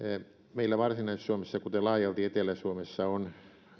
meillä varsinais suomessa kuten laajalti etelä suomessa on